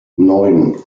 neun